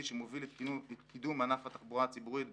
שמוביל את קידום ענף התחבורה הציבורית,